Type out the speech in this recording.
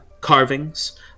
carvings